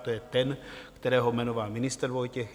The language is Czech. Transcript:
To je ten, kterého jmenoval ministr Vojtěch.